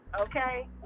okay